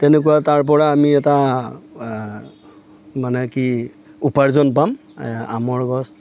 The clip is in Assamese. তেনেকুৱা তাৰ পৰা আমি এটা মানে কি উপাৰ্জন পাম আমৰ গছ